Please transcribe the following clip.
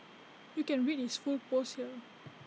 you can read his full post here